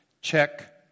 Check